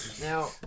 Now